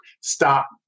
Stop